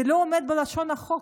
זה לא עומד בלשון החוק.